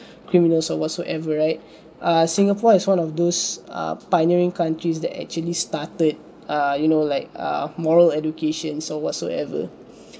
criminals or whatsoever right err singapore is one of those uh pioneering countries that actually started err you know like a moral education so whatsoever